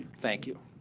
thank you.